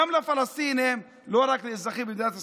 גם לפלסטינים, לא רק לאזרחי מדינת ישראל.